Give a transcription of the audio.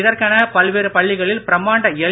இதற்கென பல்வேறு பள்ளிகளில் பிரமாண்ட எல்